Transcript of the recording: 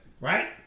Right